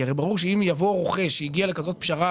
כי הרי ברור שאם יבוא רוכש שהגיע לכזו פשרה